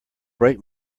break